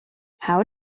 how